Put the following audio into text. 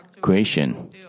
creation